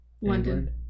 london